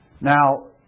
Now